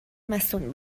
مصون